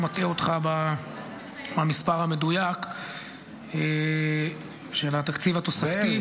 מטעה אותך במספר המדויק של התקציב התוספתי.